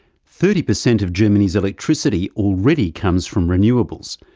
thirty percent of germany's electricity already comes from renewables,